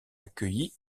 accueilli